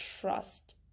Trust